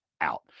out